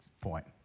point